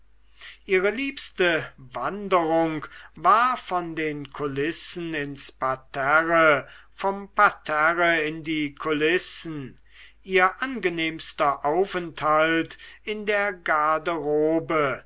ihre liebste wanderung war von den kulissen ins parterre vom parterre in die kulissen ihr angenehmster aufenthalt in der garderobe